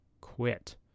quit